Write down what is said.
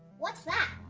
what's that?